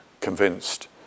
convinced